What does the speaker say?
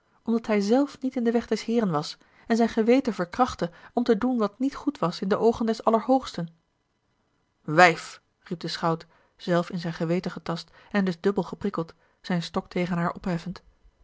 omdat hij zelf niet in den weg des heeren was en zijn geweten verkrachtte om te doen wat niet goed was in de oogen des allerhoogsten wijf riep de schout zelf in zijn geweten getast en dus dubbel geprikkeld zijn stok tegen haar opheffend